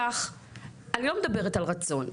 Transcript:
אני לא מדברת על רצון.